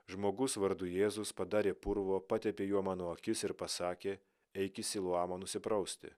žmogus vardu jėzus padarė purvo patepė juo mano akis ir pasakė eik į siloamą nusiprausti